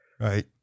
Right